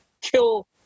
kill